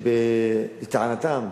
שלטענתם